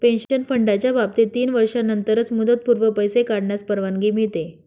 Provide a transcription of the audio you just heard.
pension फंडाच्या बाबतीत तीन वर्षांनंतरच मुदतपूर्व पैसे काढण्यास परवानगी मिळते